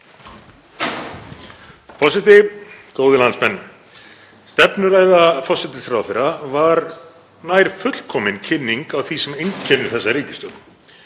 Forseti. Góðir landsmenn. Stefnuræða forsætisráðherra var nær fullkomin kynning á því sem einkennir þessa ríkisstjórn.